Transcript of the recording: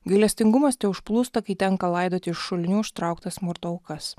gailestingumas teužplūsta kai tenka laidoti iš šulinių ištrauktas smurto aukas